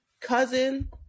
cousin